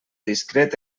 discret